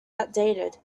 outdated